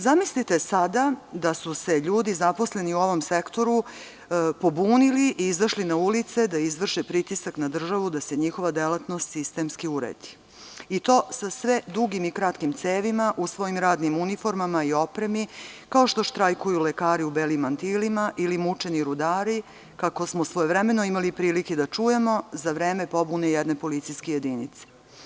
Zamislite sada da su se ljudi zaposleni u ovom sektoru pobunili i izašli na ulice da izvrše pritisak na državu da se njihova delatnost sistemski uredi, i to sa sve dugim i kratkim cevima, u svojim radnim uniformama i opremi, kao što štrajkuju lekari u belim mantilima ili mučeni rudari, kako smo svojevremeno imali prilike da čujemo za vreme pobune jedne policijske jedinice?